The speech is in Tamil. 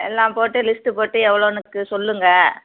எல்லாம் போட்டு லிஸ்ட்டு போட்டு எவ்வளோன்னு எனக்கு சொல்லுங்கள்